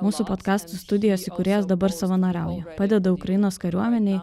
mūsų potkastų studijos įkūrėjas dabar savanoriauja padeda ukrainos kariuomenei